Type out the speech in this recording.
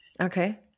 Okay